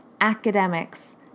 academics